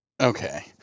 Okay